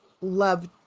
love